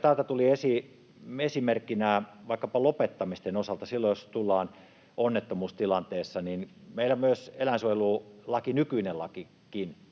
Täällä tuli esille esimerkkejä vaikkapa lopettamisten osalta silloin, jos ollaan onnettomuustilanteessa, ja meillä nykyinenkin eläinsuojelulaki